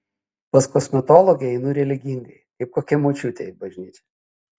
pas kosmetologę einu religingai kaip kokia močiutė į bažnyčią